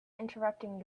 interrupting